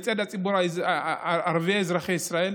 לצד ציבור הערבים אזרחי ישראל,